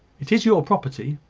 it is your property.